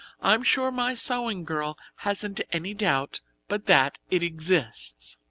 i'm sure my sewing girl hasn't any doubt but that it exists!